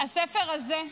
הספר הזה,